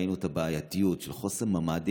כשראינו את הבעייתיות של חוסר בממ"דים,